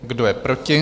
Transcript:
Kdo je proti?